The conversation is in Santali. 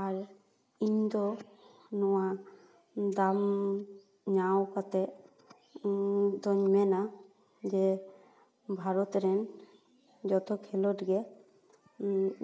ᱟᱨ ᱤᱧ ᱫᱚ ᱱᱚᱣᱟ ᱫᱟᱣ ᱧᱟᱢ ᱠᱟᱛᱮᱫ ᱛᱚᱹᱧ ᱢᱮᱱᱟ ᱡᱮ ᱵᱷᱟᱨᱚᱛ ᱨᱮᱱ ᱡᱚᱛᱚ ᱠᱷᱮᱞᱳᱰ ᱜᱮ